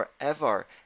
forever